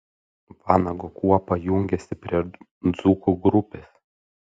vanago kuopa jungiasi prie dzūkų grupės